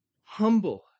humble